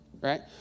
right